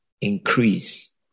increase